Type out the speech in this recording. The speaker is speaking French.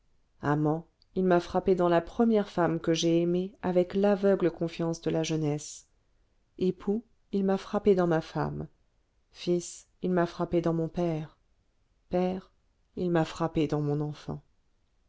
amant il m'a frappé dans la première femme que j'ai aimée avec l'aveugle confiance de la jeunesse époux il m'a frappé dans ma femme fils il m'a frappé dans mon père père il m'a frappé dans mon enfant